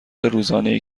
روزانهای